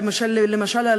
למשל,